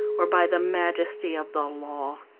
or by the majesty of the law.